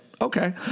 Okay